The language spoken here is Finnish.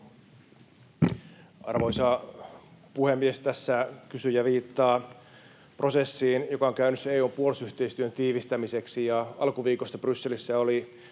Arvoisa puhemies! Tässä kysyjä viittaa prosessiin, joka on käynnissä EU:n puolustusyhteistyön tiivistämiseksi. Alkuviikosta Brysselissä oli